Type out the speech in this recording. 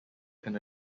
can